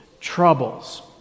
troubles